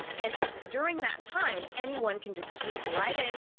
and during that time, anyone can just swoop right in,